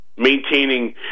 Maintaining